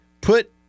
put